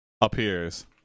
appears